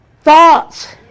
Thoughts